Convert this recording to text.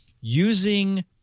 using